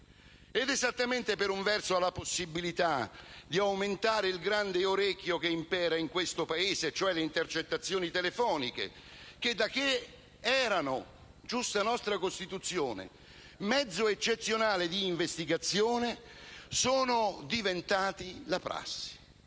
diverse. In primo luogo, alla possibilità di aumentare il grande orecchio che impera in questo Paese, e cioè le intercettazioni telefoniche, che da che erano, giusta la nostra Costituzione, mezzo eccezionale di investigazione, sono diventate la prassi.